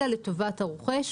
אלא לטובת הרוכש.